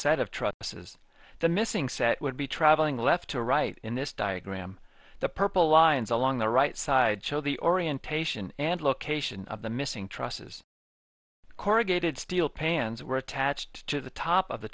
set of trusses the missing set would be travelling left to right in this diagram the purple lines along the right side show the orientation and location of the missing trusses corrugated steel pans were attached to the top of the